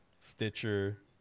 stitcher